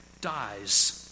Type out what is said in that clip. dies